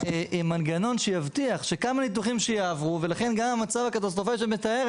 מנגנון שיבטיח שכמה ניתוחים שיעברו ולכן גם עם המצב הקטסטרופלי שאת מתאר